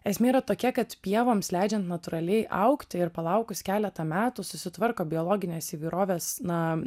esmė yra tokia kad pievoms leidžiant natūraliai augti ir palaukus keletą metų susitvarko biologinės įvairovės na